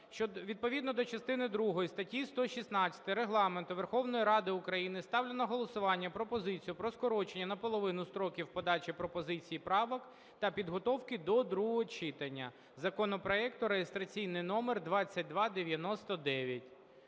відповідно до частини другої статті 116 Регламенту Верховної Ради України ставлю на голосування пропозицію про скорочення наполовину строків подачі пропозицій і правок та підготовки до другого читання законопроекту реєстраційний номер 2299.